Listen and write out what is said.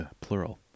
plural